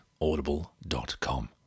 Audible.com